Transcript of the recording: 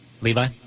Levi